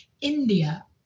India